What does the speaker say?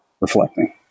reflecting